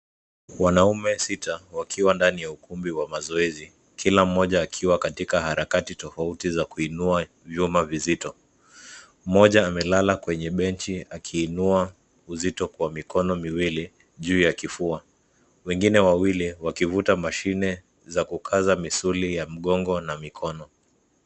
Wanaume sita wakiwa ndani ya ukumbi wa mazoezi, kila mmoja akiwa katika harakati tofauti za kuinua vyuma vizito. Mmoja amelala kwenye benchi akiinua uzito kwa mikono miwili juu ya kifua. Wengine wawili wakivuta mashine za kukaza misuli ya mgongo na mikono.